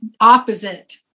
opposite